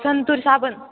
संतूर साबण